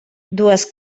dues